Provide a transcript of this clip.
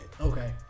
Okay